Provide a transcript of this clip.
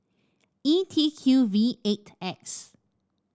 E T Q V eight X